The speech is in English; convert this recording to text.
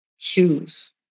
cues